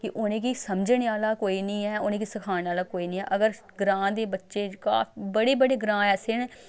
कि उ'नेंगी समझने आह्ला कोई निं ऐ उ'नेंगी सखाने आह्ला कोई निं ऐ अगर ग्रांऽ दे बच्चे बड़े बड़े ग्रांऽ ऐसे न